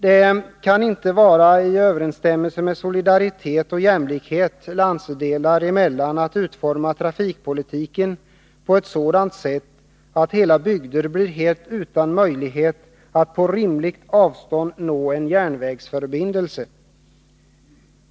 Det kan inte vara i överensstämmelse med solidaritet och jämlikhet landsdelar emellan att utforma trafikpolitiken på ett sådant sätt, att hela bygder blir helt utan möjlighet att på rimligt avstånd ha en järnvägsförbindelse.